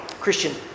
Christian